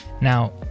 Now